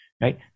right